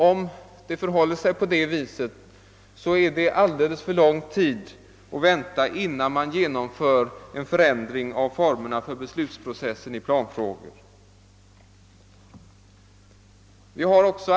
Om det förhåller sig på det sättet är det alldeles för lång tid att vänta innan man genomför en förändring av formerna för beslutsprocessen i planfrågor.